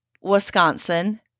Wisconsin